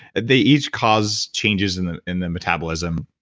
they each cause changes in the in the metabolism,